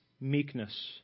meekness